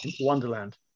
Wonderland